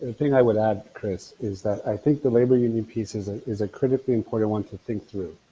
and thing i would add, chris, is that i think the labor union piece is ah is a critically important one to think through.